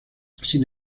sin